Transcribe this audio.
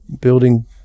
building